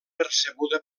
percebuda